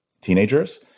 teenagers